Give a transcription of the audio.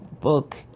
book